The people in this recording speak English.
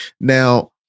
Now